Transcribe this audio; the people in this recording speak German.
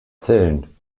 zellen